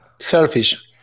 selfish